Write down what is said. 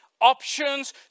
options